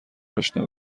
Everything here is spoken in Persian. اشنا